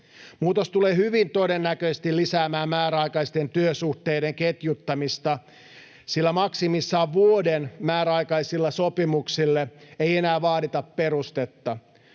Muutos tulee hyvin todennäköisesti lisäämään määräaikaisten työsuhteiden ketjuttamista, sillä maksimissaan vuoden määräaikaisille sopimuksille ei enää vaadita perustetta.